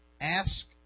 Ask